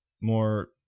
more